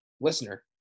listener